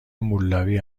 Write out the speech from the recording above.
مولداوی